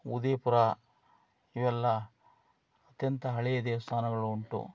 ಉದಯಪುರ ಇವೆಲ್ಲ ಅತ್ಯಂತ ಹಳೆಯ ದೇವಸ್ಥಾನಗಳುಂಟು